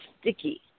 sticky